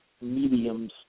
mediums